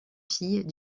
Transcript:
fille